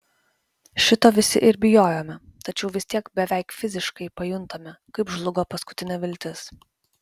šito visi ir bijojome tačiau vis tiek beveik fiziškai pajuntame kaip žlugo paskutinė viltis